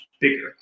bigger